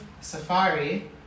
safari